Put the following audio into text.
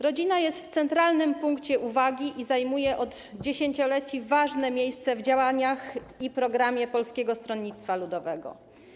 Rodzina jest w centralnym punkcie uwagi i zajmuje od dziesięcioleci ważne miejsce w działaniach i programie Polskiego Stronnictwa Ludowego.